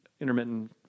intermittent